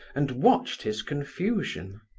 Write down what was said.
and watched his confusion.